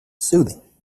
soothing